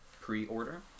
pre-order